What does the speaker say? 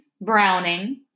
browning